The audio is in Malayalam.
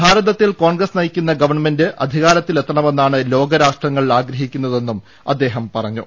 ഭാരതത്തിൽ കോണ്ഗ്രസ് നയിക്കുന്ന ഗവർണമെന്റ് അധികാരത്തിൽ എത്തണമെന്നാണ് ലോകരാപ്രഷ്ടങ്ങൾ ആഗ്രഹിക്കുന്നതെന്നും അദ്ദേഹം പറഞ്ഞു